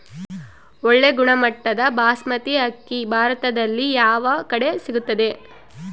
ಒಳ್ಳೆ ಗುಣಮಟ್ಟದ ಬಾಸ್ಮತಿ ಅಕ್ಕಿ ಭಾರತದಲ್ಲಿ ಯಾವ ಕಡೆ ಸಿಗುತ್ತದೆ?